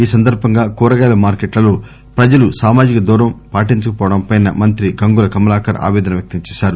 ఈ సందర్బంగా కూరగాయల మార్కెట్ లలో ప్రజలు సామాజిక దూరం పాటించకపోవడంపై మంత్రి గంగుల కమలాకర్ ఆవేదన వ్యక్తంచేశారు